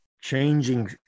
changing